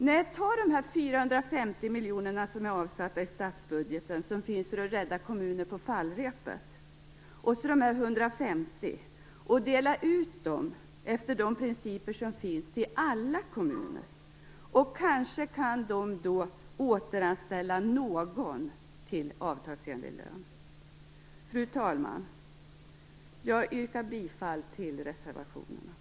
Nej, ta de 450 miljoner kronorna som finns avsatta i statsbudgeten för att rädda kommuner på fallrepet tillsammans med dessa 150 miljoner och dela ut dem till alla kommuner, enligt de principer som finns. Kanske kan de då återanställa någon till avtalsenlig lön. Fru talman! Jag yrkar bifall till reservation 1.